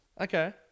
okay